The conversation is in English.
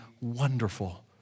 wonderful